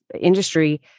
industry